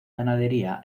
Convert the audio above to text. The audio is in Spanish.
ganadería